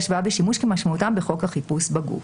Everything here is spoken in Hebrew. "השוואה ושימוש" כמשמעותם בחוק החיפוש בגוף.